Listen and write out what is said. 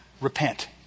Repent